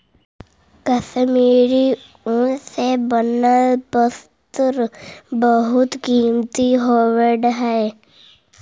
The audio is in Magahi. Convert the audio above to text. कश्मीरी ऊन से बनल वस्त्र बहुत कीमती होवऽ हइ